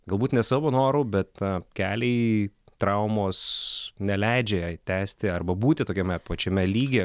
galbūt ne savo noru bet na keliai traumos neleidžia jai tęsti arba būti tokiame pačiame lygyje